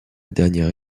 dernière